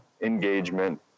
engagement